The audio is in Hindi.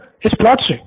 नितिन इस प्लॉट से